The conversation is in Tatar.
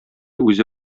үзе